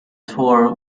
tour